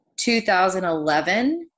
2011